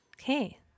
Okay